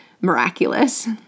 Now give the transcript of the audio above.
miraculous